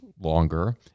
longer